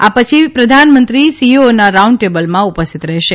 આ પછી પ્રધાનમંત્રી સીઇઓના રાઉન્ડ ટેબલમાં ઉપસ્થિત રહેશે